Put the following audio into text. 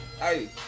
Hey